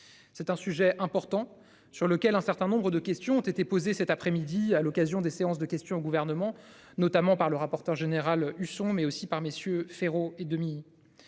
C'est un sujet important sur lequel un certain nombre de questions ont été posées cet après-midi à l'occasion des séances de questions au gouvernement, notamment par le rapporteur général Husson, mais aussi par messieurs Ferrero et demi.